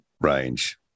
range